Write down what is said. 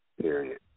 period